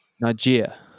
Nigeria